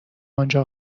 آنجا